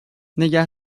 نگه